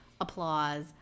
Applause